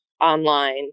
online